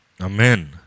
Amen